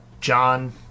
John